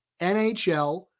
NHL